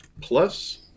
Plus